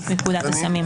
מפקודת הסמים.